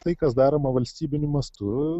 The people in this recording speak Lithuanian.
tai kas daroma valstybiniu mastu